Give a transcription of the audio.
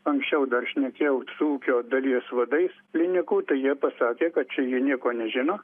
anksčiau dar šnekėjau su ūkio dalies vadais klinikų tai jie pasakė kad čia jie nieko nežino